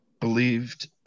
believed